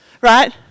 Right